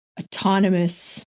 autonomous